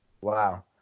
Wow